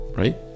Right